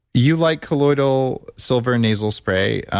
you like colloidal silver and nasal spray.